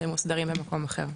שמוסדרים במקום אחר.